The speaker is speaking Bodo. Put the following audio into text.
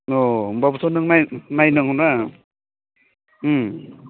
अ होमब्लाबोथ' नों नायनांगौना